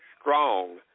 strong